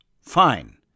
Fine